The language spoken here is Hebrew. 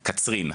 לדוגמה קצרין,